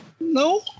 No